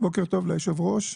בוקר טוב ליושב הראש.